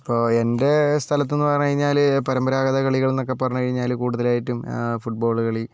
ഇപ്പോൾ എൻ്റെ സ്ഥലത്തെന്ന് പറഞ്ഞു കഴിഞ്ഞാൽ പരമ്പരാഗത കളികളെന്നൊക്കെ പറഞ്ഞു കഴിഞ്ഞാൽ കൂടുതലായിട്ടും ഫുട്ബോൾ കളി